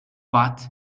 but